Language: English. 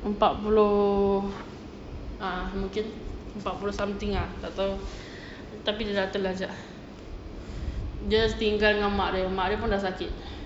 empat puluh ah mungkin empat puluh something ah tapi dia dah terlajak dia tinggal dengan mak dia mak dia pun dah sakit